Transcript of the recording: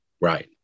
Right